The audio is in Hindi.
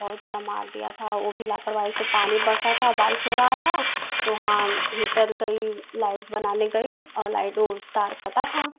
बहुत ज़्यादा मार दिया था वो भी लापरवाही तो पानी बरसा था बारिश हो रहा था तो हम हीटर गई लाइट बनाने गई और लाइट वो तार कटा था